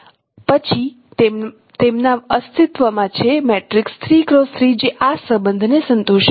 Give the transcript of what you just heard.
પછી તેમના અસ્તિત્વમાં છે મેટ્રિક્સ જે આ સંબંધને સંતોષે છે